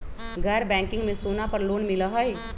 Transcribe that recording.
गैर बैंकिंग में सोना पर लोन मिलहई?